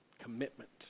Commitment